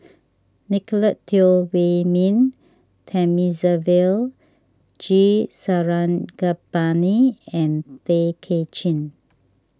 Nicolette Teo Wei Min Thamizhavel G Sarangapani and Tay Kay Chin